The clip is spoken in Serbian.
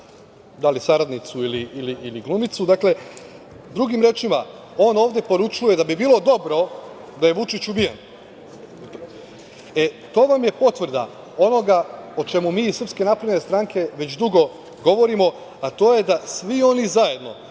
da li saradnicu ili glumicu, drugim rečima on ovde poručuje da bi bilo dobro da je Vučić ubijen. To vam je potvrda onoga o čemu mi iz SNS već dugo govorimo, a to je da svi oni zajedno